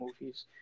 movies